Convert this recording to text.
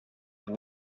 and